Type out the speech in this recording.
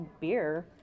beer